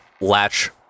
latch